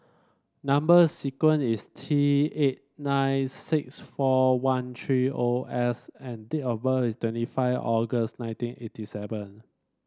number sequence is T eight nine six four one three O S and date of birth is twenty five August nineteen eighty seven